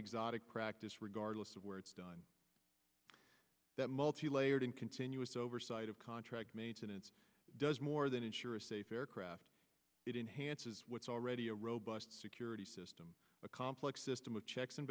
exotic practice regardless of where it's done that multilayered and continuous oversight of contract maintenance does more than ensure a safe aircraft it enhances what's already a robust security system a complex system of checks and